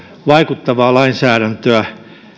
vaikuttavaa lainsäädäntöä